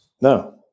No